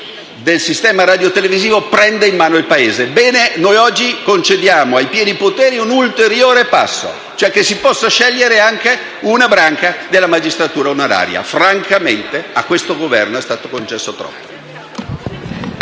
del sistema radiotelevisivo, prende in mano il Paese. Noi oggi concediamo ai pieni poteri un ulteriore passo, cioè che si possa scegliere anche una branca della magistratura onoraria. Francamente a questo Governo è stato concesso troppo.